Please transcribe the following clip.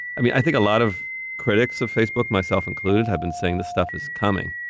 i mean, i think a lot of critics of facebook, myself included, have been saying this stuff is coming.